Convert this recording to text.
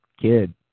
kid